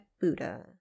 Buddha